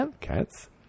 cats